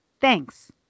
Thanks